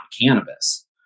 cannabis